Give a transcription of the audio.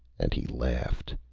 and he laughed.